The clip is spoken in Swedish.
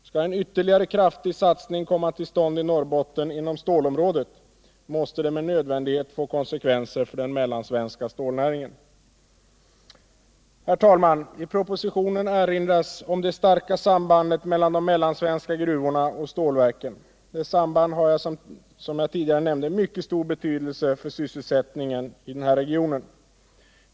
Skall en ytterligare kraftig satsning komma till stånd i Norrbotten inom stålområdet måste det med nödvändighet få konsekvenser för den mellansvenska stålnäringen. Herr talman! I propositionen erinras om det starka sambandet mellan de mellansvenska gruvorna och stålverken. Detta samband har, som jag tidigare nämnde, mycket stor betydelse för sysselsättningen i den här regionen.